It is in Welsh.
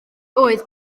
oedd